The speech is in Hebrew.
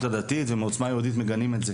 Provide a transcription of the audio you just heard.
הדתית ומעוצמה היהודית מגנים את זה,